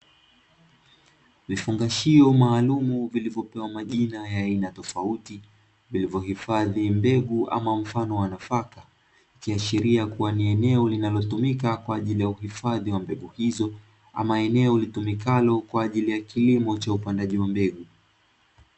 Vifungashio maalumu vilivopewa majina ya aina tofauti, vilivyohifadhi mbegu ama mfano wa nafaka, ikiashiria kuwa ni eneo linalotumika kwa ajili ya uhifadhi wa mbegu hizo ama eneo litumikalo kwa ajili ya kilimo cha upandaji wa mbegu.